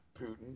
Putin